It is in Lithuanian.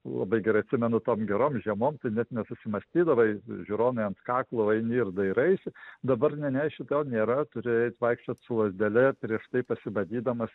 labai gerai atsimenu tom gerom žemom tai net nesusimąstydavai žiūronai ant kaklo eini ir dairaisi dabar ne ne šito nėra turi eit vaikščiot su lazdele prieš tai pasibadydamas